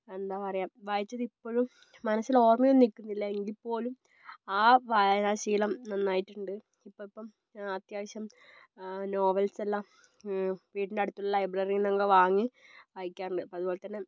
എന്താ പറയുക വായിച്ചതിപ്പോഴും മനസ്സിലോർമ്മയൊന്നും നിൽക്കുന്നില്ല എങ്കിൽപ്പോലും ആ വായനാ ശീലം നന്നായിട്ടുണ്ട് ഇപ്പം അത്യാവശ്യം നോവെൽസെല്ലാം വീടിനടുത്തുള്ള ലൈബ്രറിയിൽ നിന്നൊക്കെ വാങ്ങി വായിക്കാറുണ്ട് അതുപോലെതന്നെ